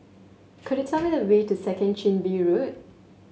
could you tell me the way to Second Chin Bee Road